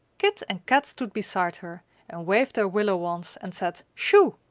kit and kat stood beside her and waved their willow wands and said shoo!